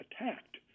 attacked